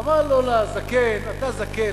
אמר לו לזקן: אתה זקן,